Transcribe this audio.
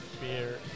beer